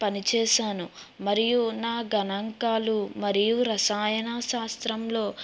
పని చేశాను మరియు నా గణాంకాలు మరియు రసాయన శాస్త్రంలో